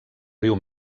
riu